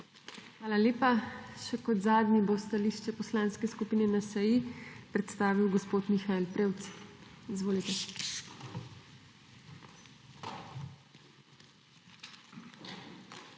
Hvala lepa. Še kot zadnji bo stališče Poslanske skupine NSi predstavil gospod Mihael Prevc. Izvolite.